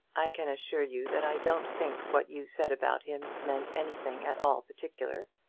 i can assure you that i don't think what you said about him meant anything at all particular.